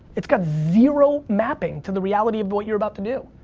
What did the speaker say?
it's got zero mapping to the reality of what you're about to do.